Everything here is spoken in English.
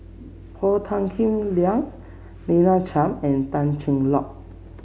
Paul Tan Kim Liang Lina Chiam and Tan Cheng Lock